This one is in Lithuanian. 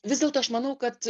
vis dėlto aš manau kad